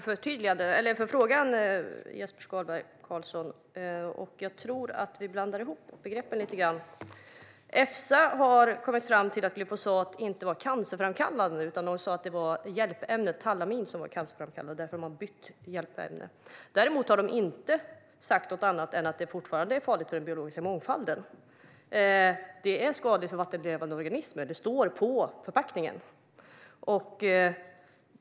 Fru talman! Tack för frågan, Jesper Skalberg Karlsson! Jag tror att vi blandar ihop begreppen lite grann. Efsa har kommit fram till att glyfosat inte är cancerframkallande utan säger att det är hjälpämnet talgamin som är cancerframkallande. Därför har man bytt hjälpämne. Däremot har Efsa inte sagt något annat än att det är farligt för den biologiska mångfalden. Det är skadligt för vattenlevande organismer - det står på förpackningen.